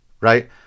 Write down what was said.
Right